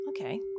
Okay